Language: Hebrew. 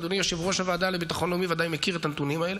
אדוני יושב-ראש הוועדה לביטחון לאומי ודאי מכיר את הנתונים האלה.